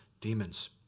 demons